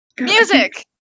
Music